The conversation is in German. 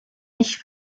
nicht